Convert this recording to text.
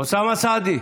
אוסאמה סעדי,